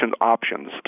options